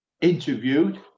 interviewed